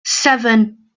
seven